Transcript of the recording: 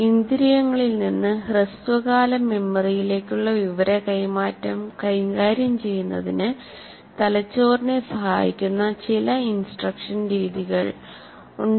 ഇന്ദ്രിയങ്ങളിൽ നിന്ന് ഹ്രസ്വകാല മെമ്മറിയിലേക്കുള്ള വിവര കൈമാറ്റം കൈകാര്യം ചെയ്യുന്നതിന് തലച്ചോറിനെ സഹായിക്കുന്ന ചില ഇൻസ്ട്രക്ഷൻ രീതികൾ ഉണ്ട്